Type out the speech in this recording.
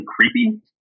creepy